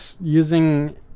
using